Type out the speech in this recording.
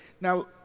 Now